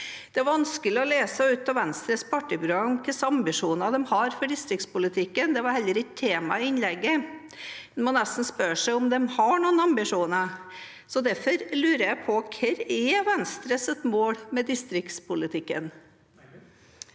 Det er vanskelig å lese ut av Venstres partiprogram hva slags ambisjoner de har for distriktspolitikken. Det var heller ikke tema i innlegget. Man må nesten spørre seg om de har noen ambisjoner. Derfor lurer jeg på: Hva er Venstres mål med distriktspolitikken?